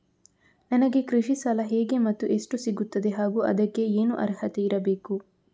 ನನಗೆ ಕೃಷಿ ಸಾಲ ಹೇಗೆ ಮತ್ತು ಎಷ್ಟು ಸಿಗುತ್ತದೆ ಹಾಗೂ ಅದಕ್ಕೆ ಏನು ಅರ್ಹತೆ ಇರಬೇಕು?